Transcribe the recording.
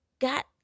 got